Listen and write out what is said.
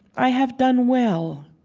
i have done well.